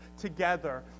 together